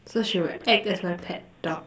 so she would act as my pet dog